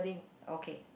okay